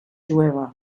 jueva